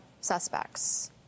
suspects